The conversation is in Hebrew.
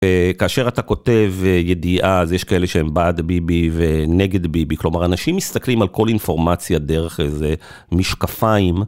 כאשר אתה כותב ידיעה אז יש כאלה שהם בעד ביבי ונגד ביבי, כלומר אנשים מסתכלים על כל אינפורמציה דרך איזה משקפיים.